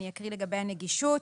אני אקריא לגבי הנגישות.